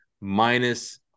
minus